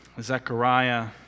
Zechariah